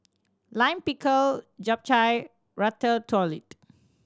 Lime Pickle Japchae Ratatouille